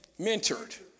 mentored